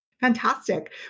Fantastic